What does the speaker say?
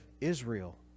Israel